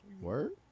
Word